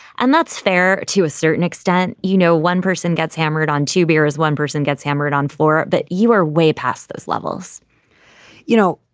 and that's fair. to a certain extent, you know, one person gets hammered on two beers, one person gets hammered on floor that you are way past those levels you know,